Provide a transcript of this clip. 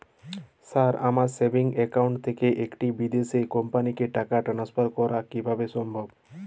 Sir আমার savings account থেকে একটি বিদেশি কোম্পানিকে টাকা ট্রান্সফার করা কীভাবে সম্ভব?